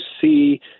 see